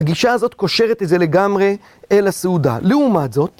פגישה הזאת קושרת את זה לגמרי אל הסעודה. לעומת זאת,